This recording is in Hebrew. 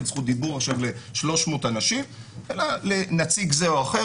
זכות דיבור עכשיו ל-300 אנשים אלא לנציג זה או אחר.